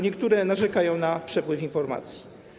Niektóre narzekają na przepływ informacji.